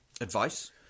advice